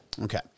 Okay